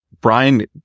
Brian